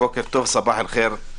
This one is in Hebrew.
בוקר טוב, סבאח אל חיר.